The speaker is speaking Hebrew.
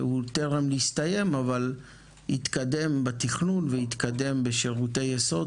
שטרם הסתיים אך התקדם בתכנון ובשירותי היסוד,